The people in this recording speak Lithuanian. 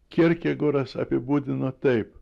kjerkegoras apibūdina taip